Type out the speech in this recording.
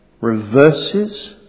reverses